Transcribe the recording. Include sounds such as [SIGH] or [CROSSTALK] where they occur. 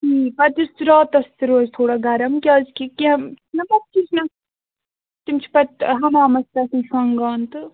پَتہٕ یُس راتَس تہِ روزِ تھوڑا گَرم کیٛازکہِ کیٚنٛہہ [UNINTELLIGIBLE] پَتہٕ کِچنس تِم چھِ پَتہٕ حَمامَس پٮ۪ٹھٕے شۄنٛگان تہٕ